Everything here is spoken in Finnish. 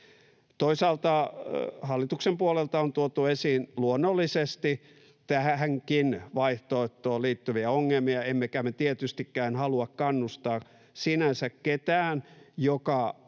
Toisaalta hallituksen puolelta on tuotu esiin luonnollisesti tähänkin vaihtoehtoon liittyviä ongelmia. Emmekä me tietystikään halua kannustaa sinänsä ketään, joka on